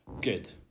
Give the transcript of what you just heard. Good